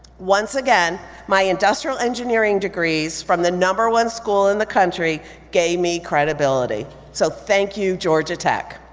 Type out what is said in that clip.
once again, my industrial engineering degrees from the number one school in the country gave me credibility. so thank you georgia tech.